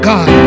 God